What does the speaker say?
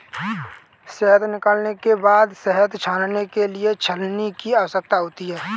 शहद निकालने के बाद शहद छानने के लिए छलनी की आवश्यकता होती है